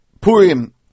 Purim